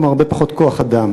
כלומר הרבה פחות כוח-אדם.